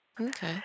Okay